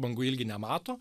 bangų ilgiai nemato